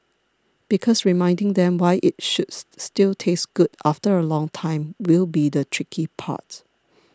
because reminding them why it should still taste good after a long time will be the tricky part